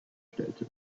stellte